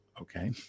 Okay